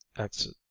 exit.